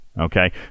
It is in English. okay